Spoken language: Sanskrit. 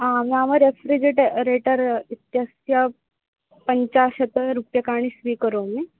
हा नाम रेफ़्रिजेटर् रेटर् इत्यस्त्य पञ्चाशत् रूप्यकाणि स्वीकरोमि